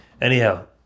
Anyhow